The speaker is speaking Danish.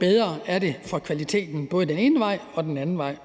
bedre er det for kvaliteten både den ene vej og den anden vej.